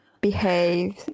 behave